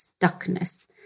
stuckness